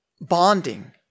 bonding